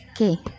okay